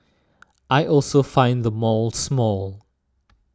I also find the mall small